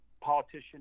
politician